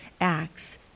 acts